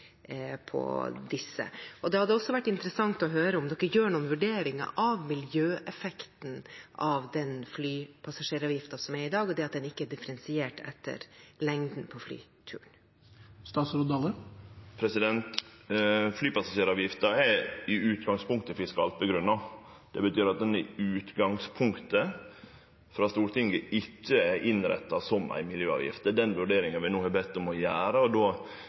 på disse. Det hadde også vært interessant å høre om regjeringen gjør noen vurderinger av miljøeffekten av den flypassasjeravgiften vi har i dag, og det at den ikke er differensiert etter lengden på flyturen. Flypassasjeravgifta er i utgangspunktet fiskalt grunngjeven. Det betyr at ho i utgangspunktet frå Stortinget si side ikkje er innretta som ei miljøavgift. Det er den vurderinga vi no er bedt om å gjere, og